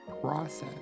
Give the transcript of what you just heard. process